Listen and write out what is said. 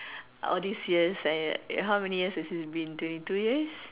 all these years I how many years have it been twenty two years